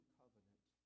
covenant